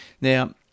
Now